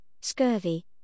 scurvy